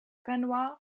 benoit